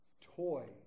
toy